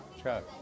Chuck